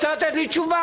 הוא צריך לתת לי תשובה.